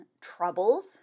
troubles